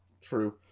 true